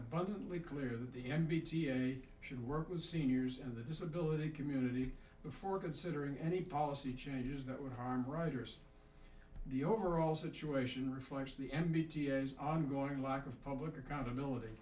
abundantly clear that the n p t any should work with seniors in the disability community before considering any policy changes that would harm riders the overall situation reflects the m b t is ongoing lack of public accountability